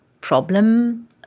problem